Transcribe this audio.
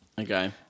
okay